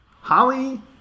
Holly